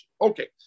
Okay